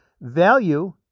value